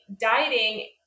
dieting